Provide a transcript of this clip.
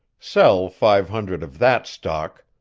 sell five hundred of that stock,